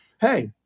hey